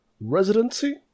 residency